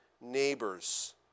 neighbors